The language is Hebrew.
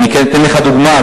לדוגמה,